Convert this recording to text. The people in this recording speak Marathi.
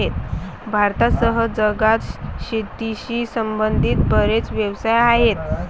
भारतासह जगात शेतीशी संबंधित बरेच व्यवसाय आहेत